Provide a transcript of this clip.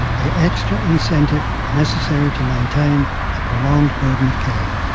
the extra incentive necessary to maintain a prolonged burden of care.